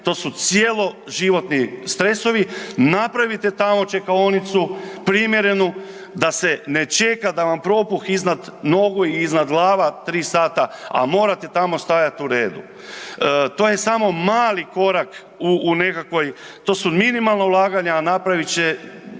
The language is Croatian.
to su cjeloživotni stresovi, napravite tamo čekaonicu, primjerenu, da se ne čeka, da vam propuh iznad nogu i iznad glava 3 sata, a morate tamo stajati u redu. To je samo mali korak u nekakvoj, to su minimalna ulaganja, a napravit će